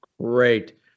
Great